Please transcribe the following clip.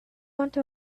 unto